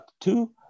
two